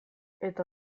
eta